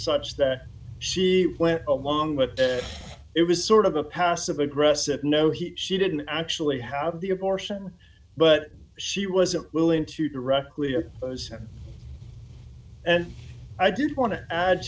such that she went along with it it was sort of a passive aggressive no he she didn't actually have the abortion but she wasn't willing to directly or him and i did wan